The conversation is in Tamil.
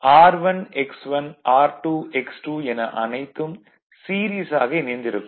R1 X1 R2 X2 என அனைத்தும் சீரிஸ் ஆக இணைந்திருக்கும்